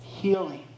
healing